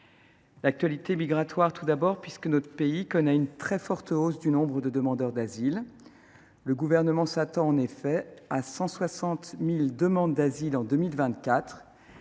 l’actualité migratoire, tout d’abord, puisque notre pays connaît une très forte hausse du nombre de demandeurs d’asile. Le Gouvernement s’attend en effet à 160 000 demandes d’asile en 2024,